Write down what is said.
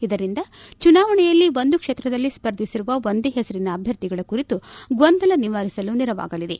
ಇದರಿಂದ ಚುನಾವಣೆಯಲ್ಲಿ ಒಂದು ಕ್ಷೇತ್ರದಲ್ಲಿ ಸ್ಪರ್ಧಿಸಿರುವ ಒಂದೇ ಹೆಸರಿನ ಅಭ್ಯರ್ಥಿಗಳ ಕುರಿತು ಗೊಂದಲ ನಿವಾರಿಸಲು ನೆರವಾಗಲಿದೆ